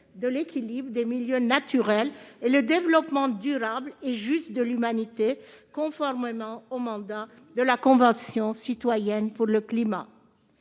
de l'équilibre des milieux naturels et le développement durable et juste de l'humanité, conformément au mandat de la Convention citoyenne pour le climat.